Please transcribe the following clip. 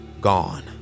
gone